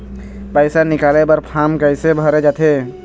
पैसा निकाले बर फार्म कैसे भरे जाथे?